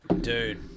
Dude